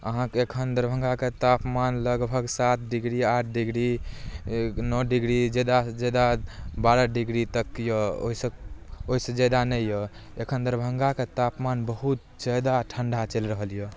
अहाँके एखन दरभङ्गाके तापमान लगभग सात डिग्री आठ डिग्री नओ डिग्री जादासँ जादा बारह डिग्री तक यऽ ओहिसँ ओहिसँ जादा नहि यऽ एखन दरभङ्गा कऽ तापमान बहुत जादा ठण्डा चलि रहल यऽ